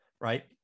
right